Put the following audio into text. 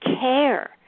care